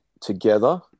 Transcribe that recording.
together